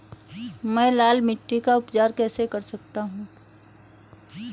मैं लाल मिट्टी का उपचार कैसे कर सकता हूँ?